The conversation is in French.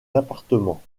appartements